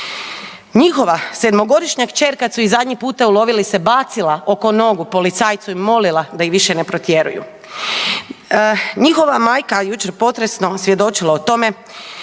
njihova 7-godišnja kćer kad su ih zadnji puta ulovili se bacila oko nogu policajcu i molila da ih više ne protjeruju. Njihova majka je jučer potresno svjedočila o tome